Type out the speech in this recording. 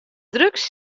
drugs